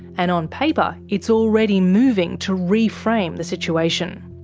and on paper it's already moving to re-frame the situation.